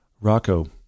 Rocco